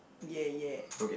ya ya